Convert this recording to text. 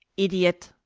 idiot!